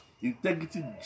Integrity